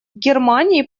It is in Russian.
германии